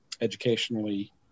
educationally